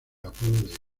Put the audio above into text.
apodo